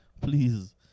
Please